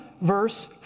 verse